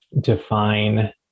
define